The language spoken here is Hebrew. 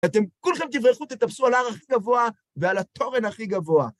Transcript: אתם כולכם תברחו תטפסו על ההר הכי גבוה ועל התורן הכי גבוה.